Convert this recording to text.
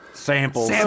Samples